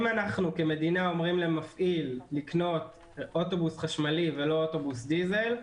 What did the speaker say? אם אנחנו כמדינה אומרים למפעיל לקנות אוטובוס חשמלי ולא אוטובוס דיזל,